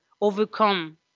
overcome